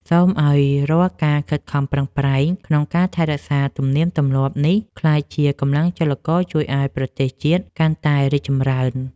សូមឱ្យរាល់ការខិតខំប្រឹងប្រែងក្នុងការថែរក្សាទំនៀមទម្លាប់នេះក្លាយជាកម្លាំងចលករជួយឱ្យប្រទេសជាតិកាន់តែរីកចម្រើន។